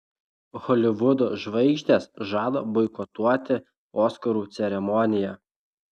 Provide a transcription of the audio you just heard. holivudo žvaigždės žada boikotuoti oskarų ceremoniją